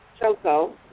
Choco